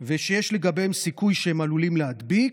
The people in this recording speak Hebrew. ושיש סיכוי שהם עלולים להדביק,